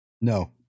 No